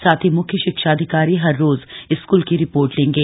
साथ ही मुख्य शिक्षाधिकारी हर रोज स्क्ल की रिपोर्ट लेंगे